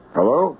Hello